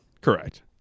Correct